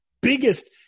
Biggest